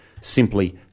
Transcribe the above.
simply